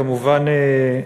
כמובן,